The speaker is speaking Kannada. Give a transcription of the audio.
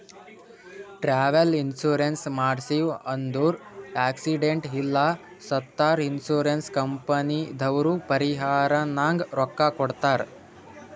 ಟ್ರಾವೆಲ್ ಇನ್ಸೂರೆನ್ಸ್ ಮಾಡ್ಸಿವ್ ಅಂದುರ್ ಆಕ್ಸಿಡೆಂಟ್ ಇಲ್ಲ ಸತ್ತುರ್ ಇನ್ಸೂರೆನ್ಸ್ ಕಂಪನಿದವ್ರು ಪರಿಹಾರನಾಗ್ ರೊಕ್ಕಾ ಕೊಡ್ತಾರ್